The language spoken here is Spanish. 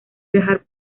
viajar